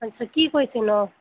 আচ্ছা কি কৈছেনো